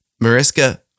Mariska